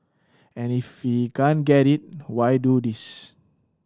and if he can't get it why do this